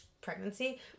pregnancy